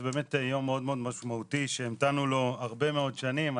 זה באמת יום מאוד מאוד משמעותי שהמתנו לו הרבה מאוד שנים.